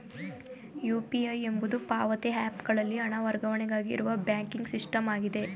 UPI ಎಂಬುದು ಪಾವತಿ app ಗಳಲ್ಲಿ ಹಣ ವರ್ಗಾವಣೆಗಾಗಿ ಇರುವ ಬ್ಯಾಂಕಿಂಗ್ ಸಿಸ್ಟಮ್ ಆಗಿದೆ